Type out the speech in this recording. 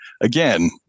again